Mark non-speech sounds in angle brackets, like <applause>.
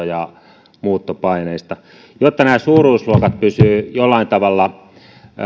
<unintelligible> ja muuttopaineista jotta nämä suuruusluokat pysyvät jollain tavalla